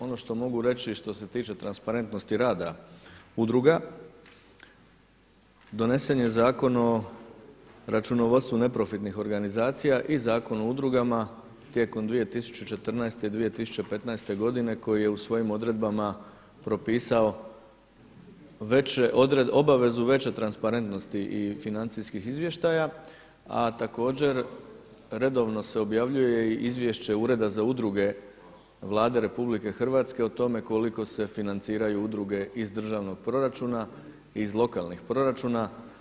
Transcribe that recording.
Ono što mogu reći i što se tiče transparentnosti rada udruga donese je Zakon o računovodstvu neprofitnih organizacijama i Zakon o udrugama tijekom 2014. i 2015. godine koji je u svojim odredbama propisao obavezu veće transparentnosti i financijskih izvještaja, a također redovno se objavljuje i izvješće Ureda za udruge Vlade RH o tome koliko se financiraju udruge iz državnog proračuna i iz lokalnih proračuna.